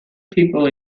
people